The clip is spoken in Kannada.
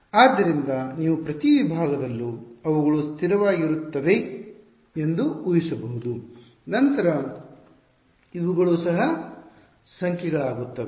ಆದ್ದರಿಂದ ನೀವು ಪ್ರತಿ ವಿಭಾಗದಲ್ಲೂ ಅವುಗಳು ಸ್ಥಿರವಾಗಿರುತ್ತವೆ ಎಂದು ಉಹಿಸಬಹುದು ನಂತರ ಇವುಗಳು ಸಹ ಸಂಖ್ಯೆಗಳಾಗುತ್ತವೆ